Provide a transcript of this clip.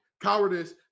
cowardice